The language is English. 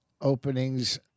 openings